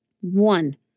One